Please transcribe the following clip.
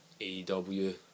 AEW